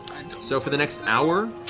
so for the next hour,